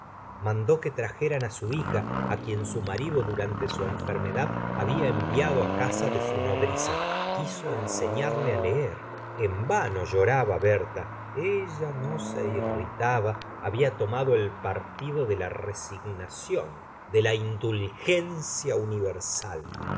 iandó que trfljeran á su hija á quien su marido durante su enfermedad había enviado á casa de su nodriza quiso enseñarla á leer en vano lloraba berta ella no se irritaba babia tomado el partido de la resignación de la indulgencia universal a